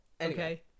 okay